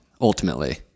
ultimately